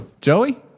Joey